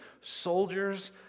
soldiers